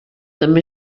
també